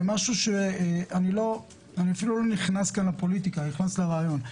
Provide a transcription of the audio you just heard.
אני אפילו לא נכנס כאן לפוליטיקה, אלא לרעיון.